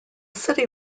city